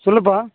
சொல்லுப்பா